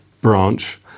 branch